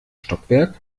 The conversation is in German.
stockwerk